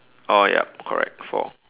oh ya correct four